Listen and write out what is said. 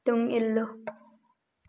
ꯇꯨꯡ ꯏꯜꯂꯨ